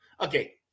Okay